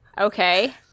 Okay